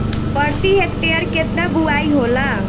प्रति हेक्टेयर केतना बुआई होला?